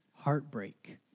Heartbreak